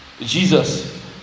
Jesus